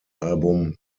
album